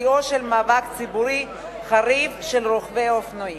שיאו של מאבק ציבורי חריף של רוכבי האופנועים,